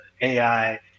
AI